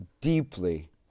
deeply